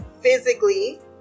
physically